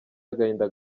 agahinda